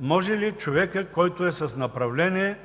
може ли човекът, който е с направление,